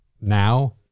now